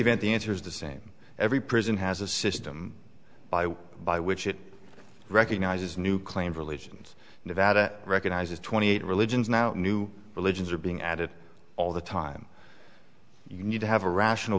event the answer is the same every prison has a system by by which it recognises new claims religions nevada recognizes twenty eight religions now new religions are being added all the time you need to have a rational